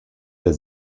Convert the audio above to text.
der